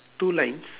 two lines